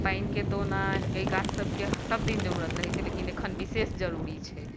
पानिके तऽ ओना अहि गाछ सभके सभ दिन जरूरत रहै छै लेकिन अखन विशेष जरूरी छै